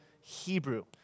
Hebrew